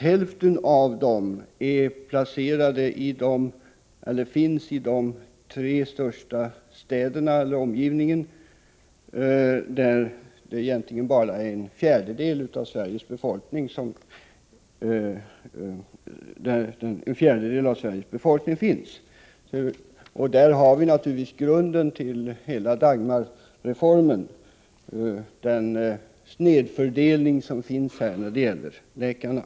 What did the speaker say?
Hälften av de privatpraktiserande läkarna finns i de tre största städerna med omgivning, och där är bara en fjärdedel av Sveriges befolkning bosatt. Det är naturligtvis det som ligger till grund för Dagmarreformen, den snedfördelning som finns när det gäller läkarna.